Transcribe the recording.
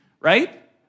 right